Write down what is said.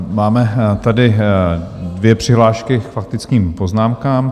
Máme tady dvě přihlášky k faktickým poznámkám.